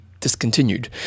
discontinued